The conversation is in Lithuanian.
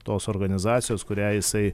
tos organizacijos kurią jisai